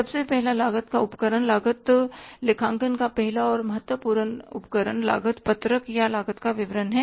सबसे पहला लागत का उपकरण लागत लेखांकन का पहला और महत्वपूर्ण उपकरण लागत पत्रक या लागत का विवरण है